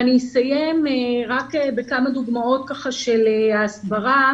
אני אסיים בכמה דוגמאות בנושא ההסברה.